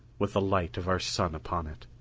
with the light of our sun upon it.